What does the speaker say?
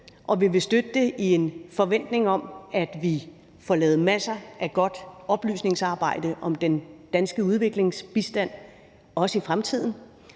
vi vil støtte det i en forventning om, at vi også i fremtiden får lavet masser af godt oplysningsarbejde om den danske udviklingsbistand. Og når man